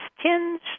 tinged